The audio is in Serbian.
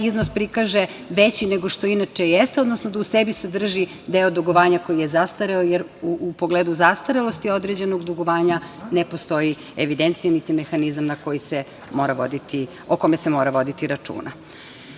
iznos prikaže veći nego što inače jeste, odnosno da u sebi sadrži deo dugovanja koji je zastareo, jer u pogledu zastarelosti određenog dugovanja ne postoji evidencija niti mehanizam o kome se mora voditi računa. Razlog